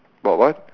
about what